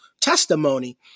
testimony